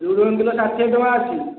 ଝୁଡ଼ଙ୍ଗ କିଲୋ ଷାଠିଏ ଟଙ୍କା ଅଛି